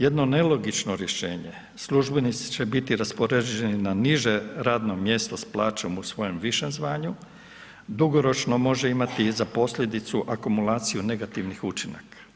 Jedno nelogično rješenje, službenici će biti raspoređeni na niže radno mjesto s plaćom u svojem višem zvanju, dugoročno može imati za posljedicu akumulaciju negativnih učinaka.